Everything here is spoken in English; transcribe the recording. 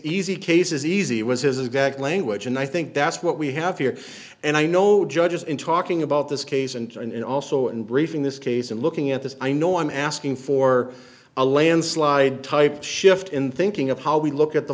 easy cases easy it was his exact language and i think that's what we have here and i know judges in talking about this case and also in briefing this case and looking at this i know i'm asking for a landslide type shift in thinking of how we look at the